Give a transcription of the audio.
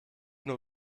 nur